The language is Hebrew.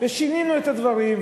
ושינינו את הדברים.